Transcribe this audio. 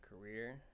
career